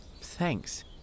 Thanks